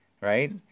right